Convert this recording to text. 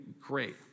Great